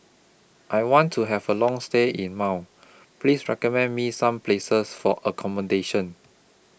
I want to Have A Long stay in Male Please recommend Me Some Places For accommodation